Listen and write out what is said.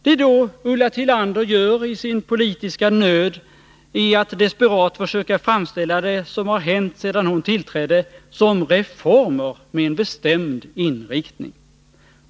Det Ulla Tillander då gör i sin politiska nöd är att desperat försöka framställa det som har hänt sedan hon tillträdde såsom reformer med en bestämd inriktning.